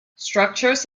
structures